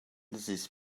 this